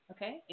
Okay